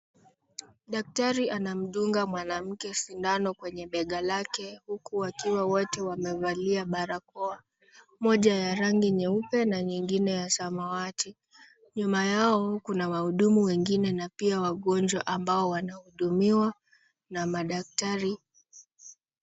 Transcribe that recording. Daktari anamdunga mwanamke sindano kwenye bega lake, huku wakiwa wote wamevalia barakoa moja ya rangi nyeupe na nyingine ya samawati. Nyuma yao kuna wahudumu wengine na pia wagonjwa ambao wanahudumiwa na madaktari.